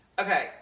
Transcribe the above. Okay